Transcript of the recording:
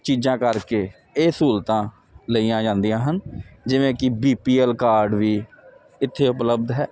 ਚੀਜ਼ਾਂ ਕਰਕੇ ਇਹ ਸਹੂਲਤਾਂ ਲਈਆਂ ਜਾਂਦੀਆਂ ਹਨ ਜਿਵੇਂ ਕਿ ਬੀ ਪੀ ਐਲ ਕਾਰਡ ਵੀ ਇੱਥੇ ਉਪਲਬਧ ਹੈ